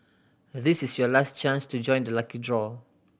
this is your last chance to join the lucky draw